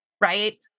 right